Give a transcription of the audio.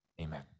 Amen